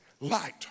light